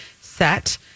set